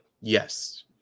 yes